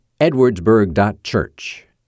edwardsburg.church